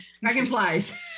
Dragonflies